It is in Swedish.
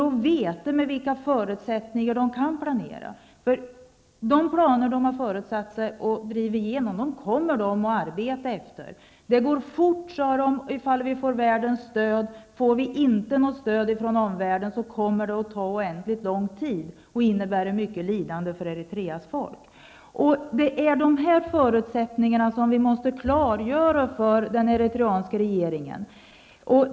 Man vill veta med vilka förutsättningar man kan planera. De planer man har föresatt sig att driva igenom kommer man att arbeta efter. Om landet får världens stöd kommer det att gå fort. Blir det inte något stöd från omvärlden kommer det att ta oändligt lång tid och innebära ett stort lidande för Eritreas folk. Vi måste klargöra för den eritreanska regeringen dessa förutsättningar.